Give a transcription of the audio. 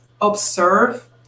observe